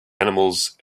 animals